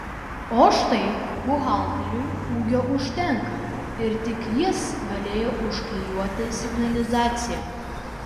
o štai buhalteriui ūgio užtenka ir tik jis galėjo užklijuoti signalizaciją